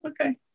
okay